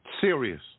Serious